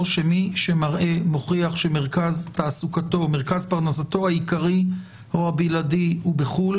שמי שמוכיח שמרכז פרנסתו העיקרי או הבלעדי הוא בחו"ל,